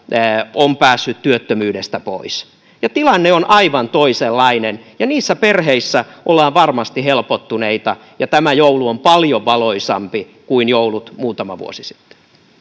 on päässyt työttömyydestä pois tilanne on aivan toisenlainen ja niissä perheissä ollaan varmasti helpottuneita ja tämä joulu on paljon valoisampi kuin joulut muutama vuosi sitten